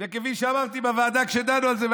וכפי שאמרתי בוועדה כשדנו על זה,